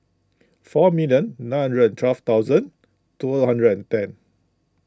four million nine hundred and twelve thousand two hundred and ten